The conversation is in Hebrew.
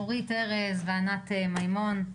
אורית ארז וענת מימון,